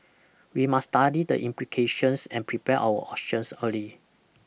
we must study the implications and prepare our options early